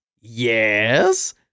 yes